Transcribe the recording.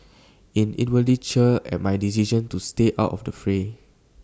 I inwardly cheer at my decision to stay out of the fray